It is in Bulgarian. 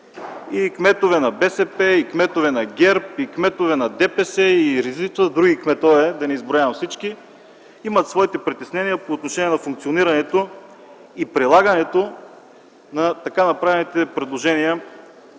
И кметове на БСП, и кметове на ГЕРБ, и кметове на ДПС, и редица други кметове – да не изброявам всички, имат своите притеснения по отношение на функционирането и прилагането на така направените предложения